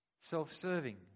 self-serving